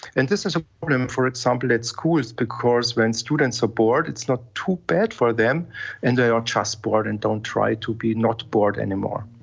and this is a problem, for example, at schools, because when students are bored it's not too bad for them and they are just bored and don't try to be not bored anymore.